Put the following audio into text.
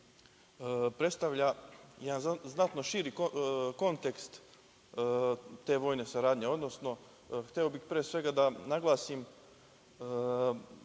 predstavlja jedan znatno širi kontekst te vojne saradnje. Hteo bih pre svega da naglasim